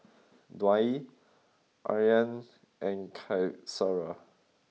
Dwi Aryan and Qaisara